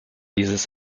dieses